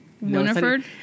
Winifred